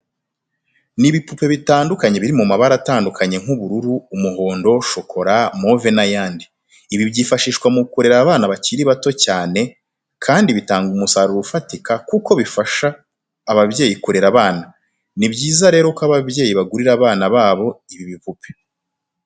Ni ibipupe bitandukanye biri mu mabara atandukanye nk'ubururu, umuhondo, shokora, move n'ayandi. Ibi byifashishwa mu kurera abana bakiri bato cyane kandi bitanga umusaruro ufatika kuko bifasha babyeyi kurere abana, ni byiza rero ko abayeyi bagurira abana babo ibi bipupe.